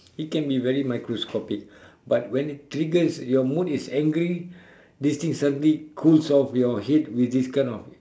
it can be very microscopic but when it triggers your mood is angry this thing suddenly cools off your head with this kind of